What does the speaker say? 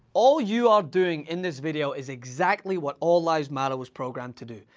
all you are doing in this video is exactly what all lives matter was programmed to do.